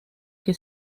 que